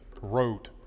wrote